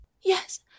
Yes